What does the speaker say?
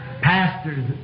pastors